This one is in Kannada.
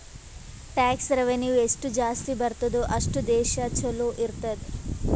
ಟ್ಯಾಕ್ಸ್ ರೆವೆನ್ಯೂ ಎಷ್ಟು ಜಾಸ್ತಿ ಬರ್ತುದ್ ಅಷ್ಟು ದೇಶ ಛಲೋ ಇರ್ತುದ್